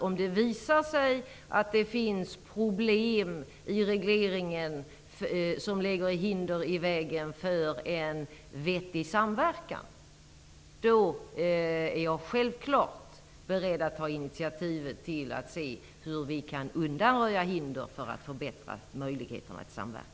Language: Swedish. Om det visar sig att det finns problem i regleringen som lägger hinder i vägen för en vettig samverkan, då är jag självklart beredd att ta initiativet till att söka undanröja hindren för en bättre samverkan.